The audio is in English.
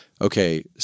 okay